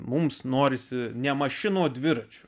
mums norisi ne mašinų o dviračių